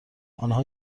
آنها